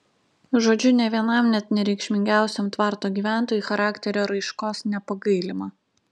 žodžiu nė vienam net nereikšmingiausiam tvarto gyventojui charakterio raiškos nepagailima